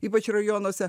ypač rajonuose